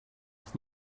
off